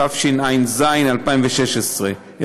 התשע"ז 2016,